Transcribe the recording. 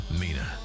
Mina